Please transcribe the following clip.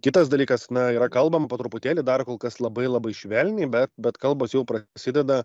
kitas dalykas na yra kalbam po truputėlį dar kol kas labai labai švelniai bet bet kalbos jau prasideda